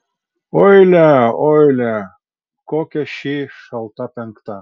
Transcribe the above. oi lia oi lia kokia ši šalta penkta